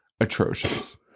atrocious